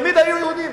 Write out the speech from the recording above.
תמיד היו יהודים,